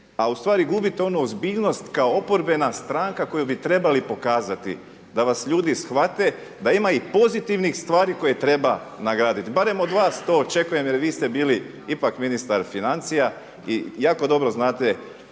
a ustvari gubite onu ozbiljnost kao oporbe stranka koju bi trebali pokazati da vas ljudi shvate, da ima pozitivnih stvari koje treba nagraditi. Barem od vas to očekujem jer vi ste bili ipak ministar financija i jako dobro znate